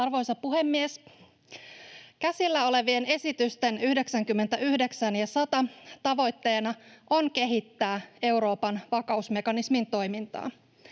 Arvoisa puhemies! Käsillä olevien esitysten 99 ja 100 tavoitteena on kehittää Euroopan vakausmekanismin toimintaa.